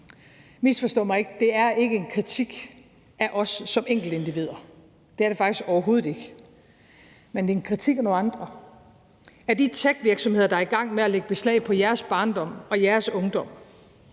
Misforstå mig ikke, det er ikke en kritik af os som enkeltindivider, det er det faktisk overhovedet ikke. Men det er en kritik af nogle andre, nemlig af de techvirksomheder, der er i gang med at lægge beslag på jeres barndom og jeres ungdom;